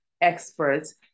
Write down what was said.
experts